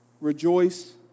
Rejoice